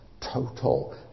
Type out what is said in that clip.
total